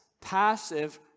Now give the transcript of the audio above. passive